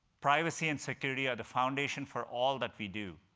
privacy and security are the foundation for all that we do,